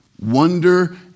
wonder